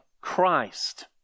Christ